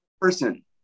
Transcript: person